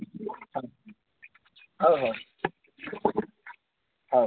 ହଉ ହଉ ହଉ